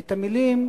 את המלים,